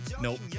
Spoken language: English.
Nope